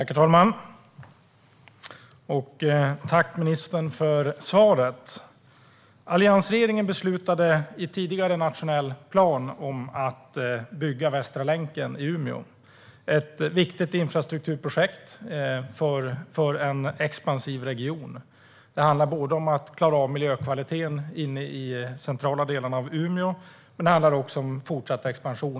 Herr talman! Tack, ministern, för svaret! Alliansregeringen beslutade i tidigare nationell plan att bygga Västra länken i Umeå. Det är ett viktigt infrastrukturprojekt för en expansiv region. Det handlar både om att klara av miljökvaliteten inne i de centrala delarna av Umeå och om en fortsatt expansion.